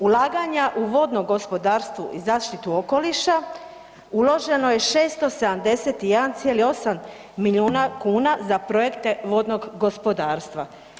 Ulaganja u vodno gospodarstvo i zaštitu okoliša uloženo je 671,8 milijuna kuna za projekte vodnog gospodarstva.